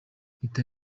mpita